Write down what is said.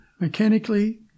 Mechanically